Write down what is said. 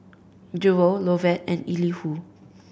Jewel Lovett and Elihu